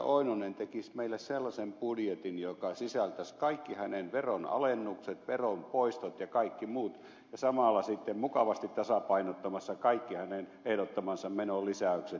oinonen tekisi meille sellaisen budjetin joka sisältäisi kaikki hänen veronalennukset veron poistot ja kaikki muut ja jota samalla sitten mukavasti tasapainottaisivat kaikki hänen ehdottamansa menolisäykset